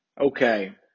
Okay